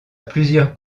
plusieurs